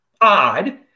odd